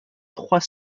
trois